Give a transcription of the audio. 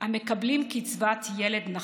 המקבלים קצבת ילד נכה.